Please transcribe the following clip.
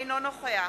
אינו נוכח